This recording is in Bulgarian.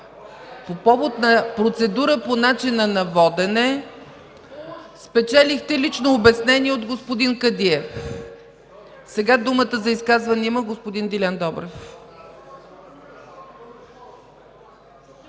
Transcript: По повод на процедура по начина на водене спечелихте лично обяснение от господин Кадиев. Сега думата за изказване има господин Делян Добрев.